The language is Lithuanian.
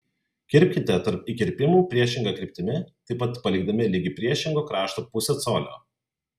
kirpkite tarp įkirpimų priešinga kryptimi taip pat palikdami ligi priešingo krašto pusę colio